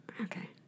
Okay